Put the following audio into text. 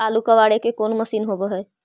आलू कबाड़े के कोन मशिन होब है?